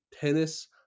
tennis